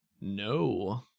No